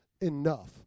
Enough